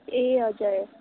ए हजुर